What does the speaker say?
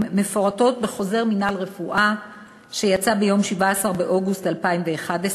מפורטות בחוזר מינהל רפואה שיצא ביום 17 באוגוסט 2011,